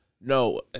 No